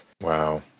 Wow